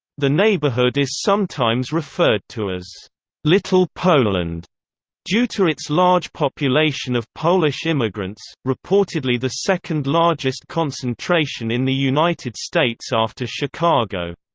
the neighborhood is sometimes referred to as little poland due to its large population of polish immigrants, reportedly the second largest concentration in the united states after chicago.